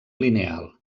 lineal